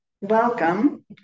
welcome